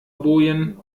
bojen